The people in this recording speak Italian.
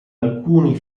alcuni